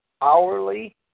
hourly